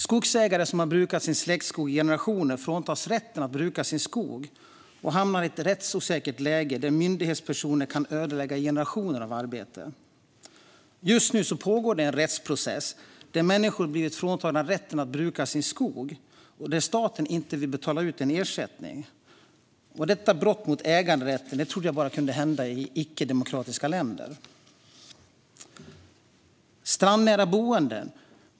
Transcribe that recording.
Skogsägare som har brukat sin släktskog i generationer fråntas rätten att bruka sin skog och hamnar i ett rättsosäkert läge där myndighetspersoner kan ödelägga generationer av arbete. Just nu pågår det en rättsprocess där människor har blivit fråntagna rätten att bruka sin skog och där staten inte vill betala ut ersättning. Sådana brott mot äganderätten trodde jag bara kunde hända i icke-demokratiska länder. Så går jag över till det strandnära boendet.